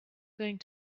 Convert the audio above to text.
going